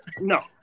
no